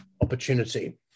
opportunity